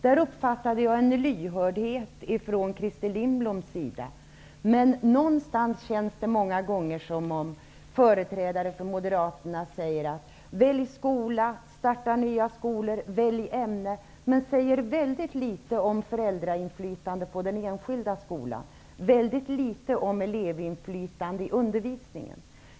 Där uppfattade jag en lyhördhet hos Men det känns många gånger som om företrädare för moderaterna säger att vi skall välja skola, starta nya skolor och välja ämnen, samtidigt som de säger väldigt litet om föräldrainflytande på den enskilda skolan och elevinflytande i undervisning.